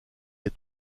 les